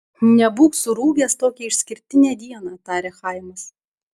nebūk surūgęs tokią išskirtinę dieną tarė chaimas